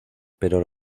pero